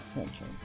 attention